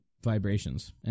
vibrations